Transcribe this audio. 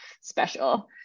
special